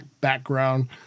background